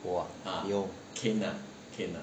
我 ah 有